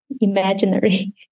imaginary